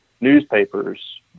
newspapers